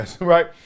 right